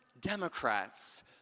Democrats